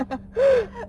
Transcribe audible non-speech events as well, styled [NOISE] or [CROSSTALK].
[LAUGHS]